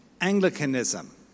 Anglicanism